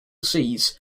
sees